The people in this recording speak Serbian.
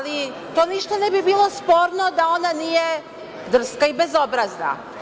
To ništa ne bi bilo sporno da ona nije drska i bezobrazna.